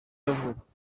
yavutse